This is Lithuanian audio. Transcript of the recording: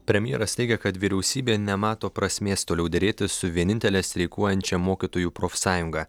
premjeras teigia kad vyriausybė nemato prasmės toliau derėtis su vienintele streikuojančia mokytojų profsąjunga